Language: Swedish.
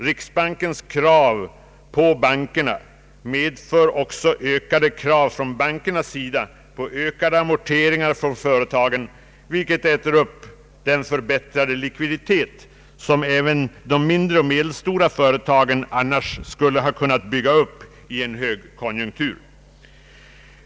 Riksbankens krav på bankerna medför också ökade krav från bankernas sida på snabbare amorteringar från företagen vilket äter upp den förbättrade likviditet som även de mindre och medelstora företagen annars skulle kunna bygga upp i en högkonjunktur.